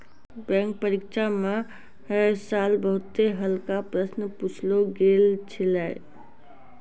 bank परीक्षा म है साल बहुते हल्का प्रश्न पुछलो गेल छलै